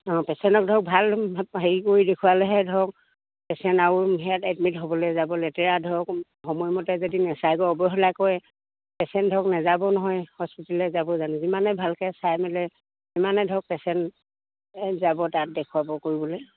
অঁ পেচেণ্টক ধৰক ভাল হেৰি কৰি দেখুৱালেহে ধৰক পেচেণ্ট আৰু হেৰিয়াত এডমিট হ'বলে যাব লেতেৰা ধৰক সময়মতে যদি নেচাইগৈ অৱহেলাই কৰে পেচেণ্ট ধৰক নেযাব নহয় হস্পিটাললে যাব জানো যিমানে ভালকে চাই মেলে সিমানে ধৰক পেচেণ্ট যাব তাত দেখুৱাব কৰিবলে